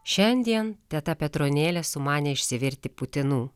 šiandien teta petronėlė sumanė išsivirti putinų